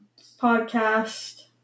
podcast